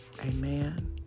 Amen